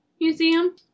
museum